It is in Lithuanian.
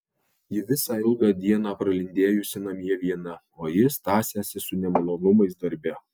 ji visą ilgą dieną pralindėjusi namie viena o jis tąsęsis su nemalonumais darbe